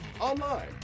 online